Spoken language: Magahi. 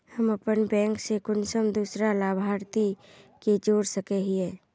हम अपन बैंक से कुंसम दूसरा लाभारती के जोड़ सके हिय?